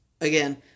again